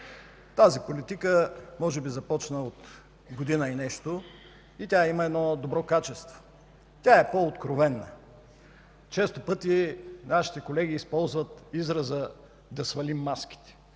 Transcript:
Тази политика може би започна от година и нещо и има едно добро качество – тя е по-откровена. Често пъти нашите колеги използват израза: „Да свалим маските”.